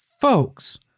Folks